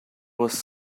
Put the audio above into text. was